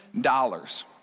dollars